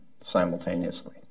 simultaneously